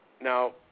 Now